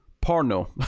Porno